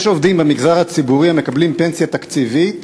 יש עובדים במגזר הציבורי המקבלים פנסיה תקציבית